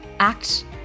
Act